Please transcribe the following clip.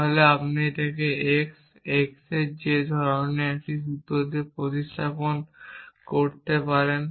তাহলে আপনি এটিকে x x যে ধরনের একটি সূত্র দিয়ে প্রতিস্থাপন করতে পারেন